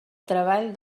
treball